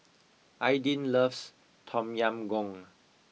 Aydin loves Tom Yam Goong